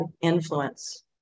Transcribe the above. influence